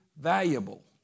valuable